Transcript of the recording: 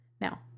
now